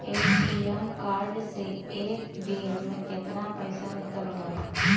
ATM card से एक बेर मे केतना पईसा निकल जाई?